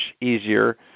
easier